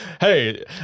Hey